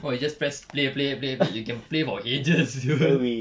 oh you just press play play play play for ages [siol]